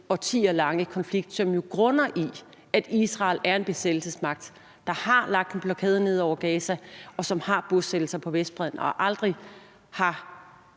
årtier lange konflikt, som jo grunder i, at Israel er en besættelsesmagt, der har lagt en blokade ned over Gaza, og som har bosættelser på Vestbredden, og hvor vi